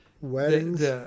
weddings